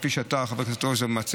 כפי שאתה,